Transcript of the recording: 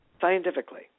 scientifically